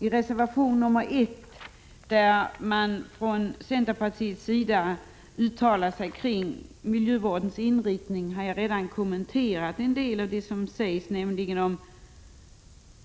I reservation 1 har man från centerpartiets sida uttalat sig om miljövårdens inriktning. Jag har redan kommenterat en del av vad som står i reservationen om